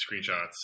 screenshots